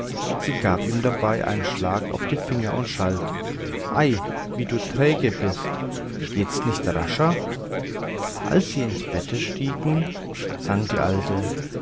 sie gab ihm dabei einen schlag auf die finger und schalt ei wie du träge bist geht's nicht rascher als sie ins bette stiegen sang die alte